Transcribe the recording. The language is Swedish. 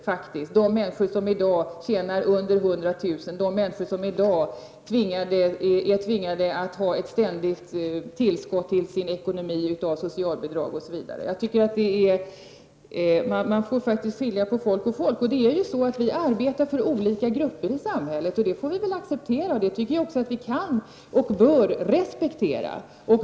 Jag syftar på de människor som i dag tjänar under 100 000 kr. och som tvingas att ha ett ständigt tillskott till sin ekonomi genom sociala bidrag. Jag tycker att man faktiskt får skilja på folk och folk. Vi arbetar för olika grupper i samhället. Det får vi acceptera, och det kan och bör vi respektera.